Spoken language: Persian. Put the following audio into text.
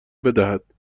بدهد